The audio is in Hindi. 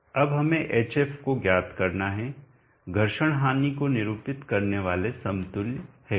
अब हमें hf को ज्ञात करना है घर्षण हानि को निरूपित करने वाले समतुल्य हेड